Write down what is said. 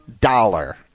dollar